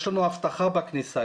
יש לנו אבטחה בכניסה,